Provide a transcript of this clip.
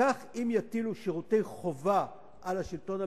כך אם יטילו שירותי חובה על השלטון המקומי,